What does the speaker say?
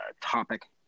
topic